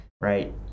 right